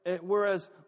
Whereas